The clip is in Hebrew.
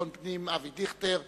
לביטחון פנים אבי דיכטר.